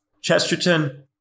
Chesterton